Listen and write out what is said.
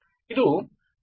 ಇದು ಪಿ